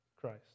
Christ